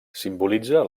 simbolitza